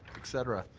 et cetera.